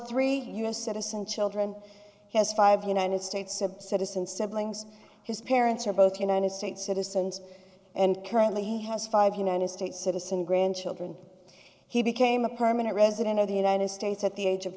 three u s citizen children has five united states citizen siblings his parents are both united states citizens and currently has five united states citizen grandchildren he became a permanent resident of the united states at the age of